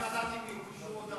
אנחנו רוצים לדעת על